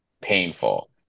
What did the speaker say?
painful